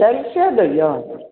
चालिसे दैए